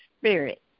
spirit